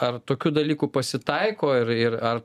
ar tokių dalykų pasitaiko ir ir ar